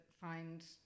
find